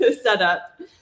setup